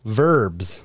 verbs